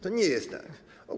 To nie jest tak.